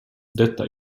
detta